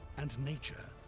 and nature,